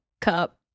cup